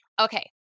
Okay